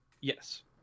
Yes